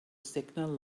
signal